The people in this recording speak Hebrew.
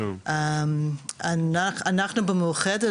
אנחנו במאוחדת,